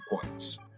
points